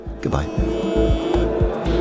Goodbye